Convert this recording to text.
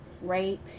rape